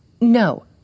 No